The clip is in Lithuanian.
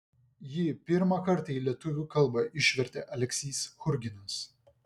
jį pirmą kartą į lietuvių kalbą išvertė aleksys churginas